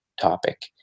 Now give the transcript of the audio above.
topic